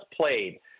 played